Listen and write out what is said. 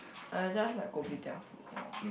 I just like kopitiam food orh